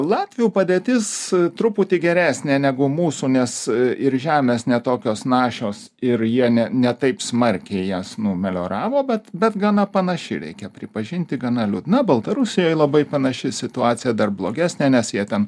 latvių padėtis truputį geresnė negu mūsų nes ir žemės ne tokios našios ir jie ne ne taip smarkiai jas numelioravo bet bet gana panaši reikia pripažinti gana liūdna baltarusijoj labai panaši situacija dar blogesnė nes jie ten